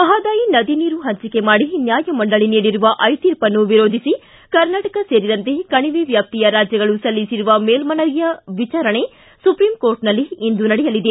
ಮಹದಾಯಿ ನದಿ ನೀರು ಹಂಚಿಕೆ ಮಾಡಿ ನ್ಯಾಯಮಂಡಳ ನೀಡಿರುವ ಐತೀರ್ಪನ್ನು ವಿರೋಧಿಸಿ ಕರ್ನಾಟಕ ಸೇರಿದಂತೆ ಕಣಿವೆ ವ್ಯಾಪ್ತಿಯ ರಾಜ್ಯಗಳು ಸಲ್ಲಿಸಿರುವ ಮೇಲ್ಮನವಿಯ ವಿಚಾರಣೆ ಸುಪ್ರೀಂ ಕೋರ್ಟ್ನಲ್ಲಿ ಇಂದು ನಡೆಯಲಿದೆ